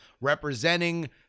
representing